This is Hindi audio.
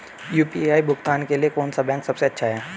यू.पी.आई भुगतान के लिए कौन सा बैंक सबसे अच्छा है?